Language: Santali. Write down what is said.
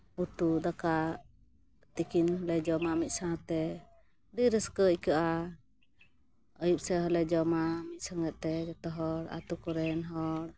ᱩᱛᱩ ᱫᱟᱠᱟ ᱛᱤᱠᱤᱱ ᱞᱮ ᱡᱚᱢᱟ ᱢᱤᱫ ᱥᱟᱶᱛᱮ ᱟᱹᱰᱤ ᱨᱟᱹᱥᱠᱟᱹ ᱟᱹᱭᱠᱟᱹᱜᱼᱟ ᱟᱹᱭᱩᱵ ᱥᱮᱫ ᱦᱚᱸᱞᱮ ᱡᱚᱢᱟ ᱢᱤᱫ ᱥᱚᱸᱜᱮ ᱛᱮ ᱡᱚᱛᱚ ᱦᱚᱲ ᱟᱛᱳ ᱠᱚᱨᱮᱱ ᱦᱚᱲ